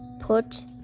put